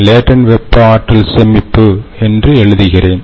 latent வெப்ப ஆற்றல்சேமிப்பு என்று எழுதுகிறேன்